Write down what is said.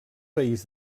país